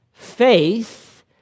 faith